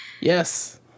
yes